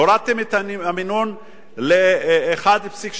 הורדתם את המינון ל-1.7%.